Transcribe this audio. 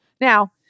Now